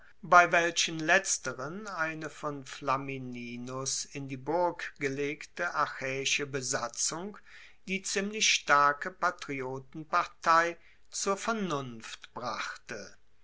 bei welchen letzteren eine von flamininus in die burg gelegte achaeische besatzung die ziemlich starke patriotenpartei zur vernunft brachte